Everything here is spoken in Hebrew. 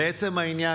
לעצם העניין,